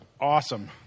awesome